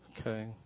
Okay